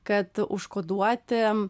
kad užkoduoti